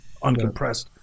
uncompressed